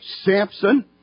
Samson